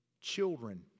children